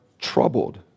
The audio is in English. troubled